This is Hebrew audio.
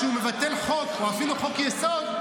כשהוא מבטל חוק או אפילו חוק-יסוד,